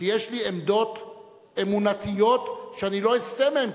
שיש לי עמדות אמונתיות שאני לא אסטה מהן,